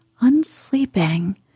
unsleeping